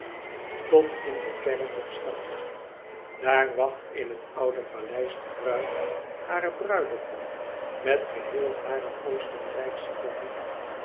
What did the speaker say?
tot in de kern der stad daar wacht in het oude paleis de bruid haren bruidegom met geheel hare oostenrijksche familie